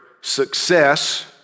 success